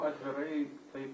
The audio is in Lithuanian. atvirai taip